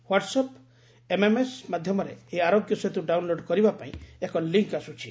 WhatsApp SMS ମାଧ୍ଧମରେ ଏହି Aarogya Setu download କରିବା ପାଇଁ ଏକ ଲିଙ୍କ ଆସୁଛି